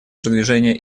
продвижение